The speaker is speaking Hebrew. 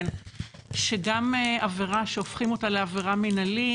גם עבירה שהופכים אותה לעבירה מנהלית,